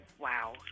wow